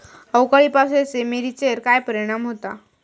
अवकाळी पावसाचे मिरचेर काय परिणाम होता?